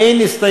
נתקבלה.